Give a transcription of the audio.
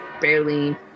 barely